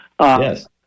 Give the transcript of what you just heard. Yes